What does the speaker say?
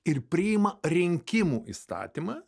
ir priima rinkimų įstatymą